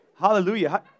Hallelujah